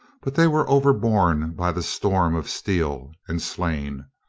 but they were overborne by the storm of steel and slain.